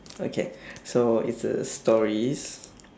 okay so it's a stories